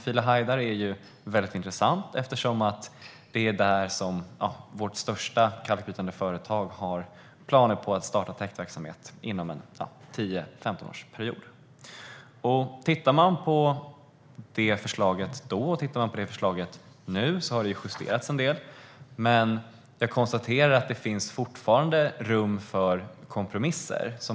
Filehajdar är väldigt intressant, eftersom Sveriges största kalkbrytande företag har planer på att starta täktverksamhet där inom 10-15 år. Om man jämför förslaget då och nu ser man att det har justerats en del, men det finns fortfarande rum för kompromisser.